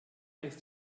ist